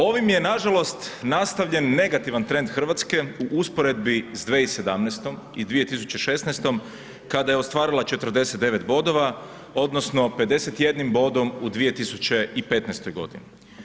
Ovim je nažalost nastavljen negativan trend Hrvatske u usporedbi sa 2017. i 2016. kada je ostvarila 49 bodova odnosno 51 bodom u 2015. godini.